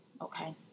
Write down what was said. okay